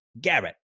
Garrett